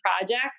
projects